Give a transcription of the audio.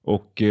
Och